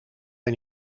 hij